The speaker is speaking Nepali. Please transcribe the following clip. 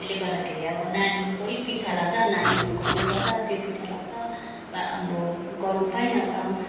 त्यसले गर्दाखेरि नानीकै पछि लाग्दा नानी हुर्काउनु पर्दा त्यो पछि लाग्दा अब गर्नु पाइनँ काम